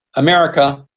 america,